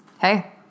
Hey